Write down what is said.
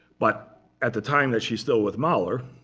but at the time that she's still with mahler,